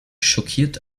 schockiert